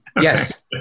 yes